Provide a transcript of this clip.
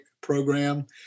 Program